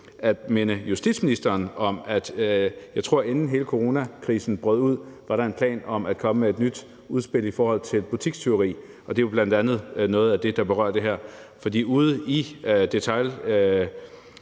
at minde justitsministeren om, at der, inden hele coronakrisen brød ud, tror jeg, var en plan om at komme med et nyt udspil i forhold til butikstyveri. Det er jo bl.a. noget af det, der berører det her, for ude i